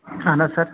اَہَن حظ سَر